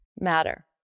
matter